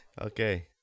Okay